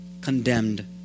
condemned